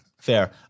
Fair